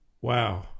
Wow